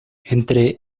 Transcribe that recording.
entre